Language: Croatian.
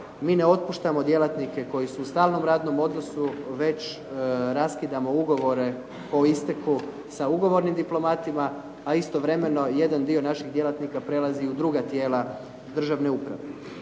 Mi ne otpuštamo djelatnike koji su u stalnom radnom odnosu, već raskidamo ugovore po isteku sa ugovornim diplomatima, a istovremeno jedan dio naših djelatnika prelazi u druga tijela državne uprave.